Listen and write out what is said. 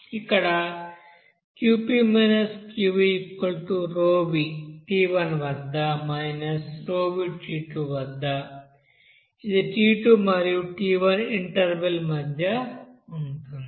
ఇక్కడ Qp QvpV t1 వద్ద pV t2 వద్ద ఇది t2 మరియు t1 ఇంటర్వెల్ మధ్య ఉంటుంది